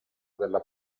della